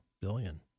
billion